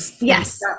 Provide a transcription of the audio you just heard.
Yes